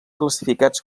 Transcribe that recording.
classificats